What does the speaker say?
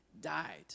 died